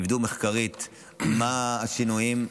שיבדקו מחקרית מה השינויים,